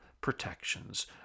protections